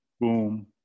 boom